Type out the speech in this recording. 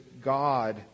God